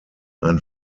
ein